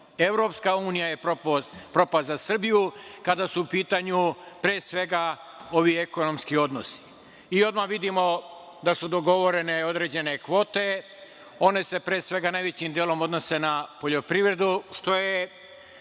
EU.Evropska unija je propast za Srbiju kada su u pitanju ekonomski odnosi. Odmah vidimo da su dogovorene određene kvote. One se najvećim delom odnose na poljoprivredu što je